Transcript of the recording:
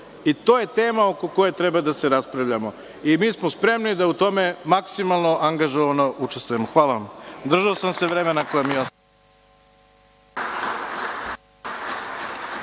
i to je tema oko koje treba da se raspravljamo i mi smo spremni da u tome maksimalno angažovano učestvujemo. Hvala vam. Držao sam se vremena koje mi je